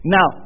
Now